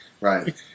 Right